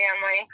family